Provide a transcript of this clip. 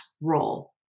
role